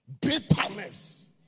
bitterness